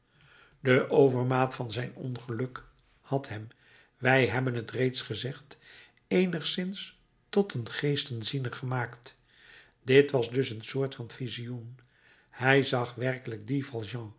de overmaat van zijn ongeluk had hem wij hebben het reeds gezegd eenigszins tot een geestenziener gemaakt dit was dus een soort van visioen hij zag werkelijk dien